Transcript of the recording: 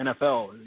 NFL